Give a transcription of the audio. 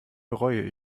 bereue